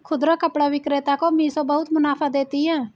खुदरा कपड़ा विक्रेता को मिशो बहुत मुनाफा देती है